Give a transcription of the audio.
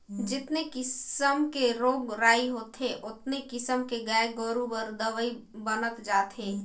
जेतने किसम के रोग राई होथे ओतने किसम के गाय गोरु बर दवई बनत जात हे